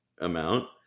amount